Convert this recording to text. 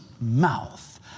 mouth